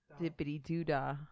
dippity-doo-dah